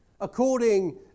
According